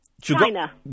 China